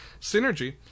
synergy